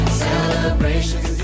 celebrations